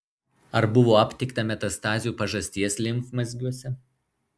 ar buvo aptikta metastazių pažasties limfmazgiuose